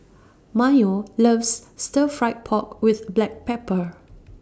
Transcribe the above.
Mayo loves Stir Fried Pork with Black Pepper